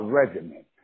regiment